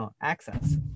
access